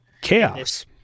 Chaos